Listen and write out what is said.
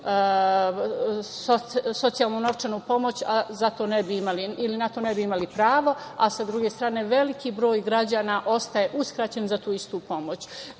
socijalnu novčanu pomoć, a za to ne bi imali ili na to ne bi imali pravo, a sa druge strane veliki broj građana ostaje uskraćen za tu istu pomoć.